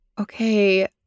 okay